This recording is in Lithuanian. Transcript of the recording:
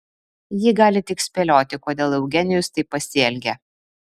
ji gali tik spėlioti kodėl eugenijus taip pasielgė